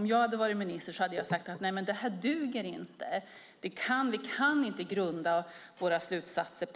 Om jag hade varit minister hade jag sagt att detta inte duger - vi kan inte grunda våra slutsatser